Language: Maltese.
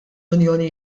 unjoni